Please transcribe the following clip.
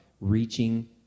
reaching